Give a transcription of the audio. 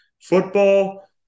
football